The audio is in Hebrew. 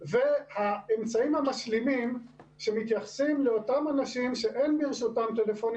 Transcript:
והאמצעים המשלימים שמתייחסים לאותם אנשים שאין ברשותם טלפונים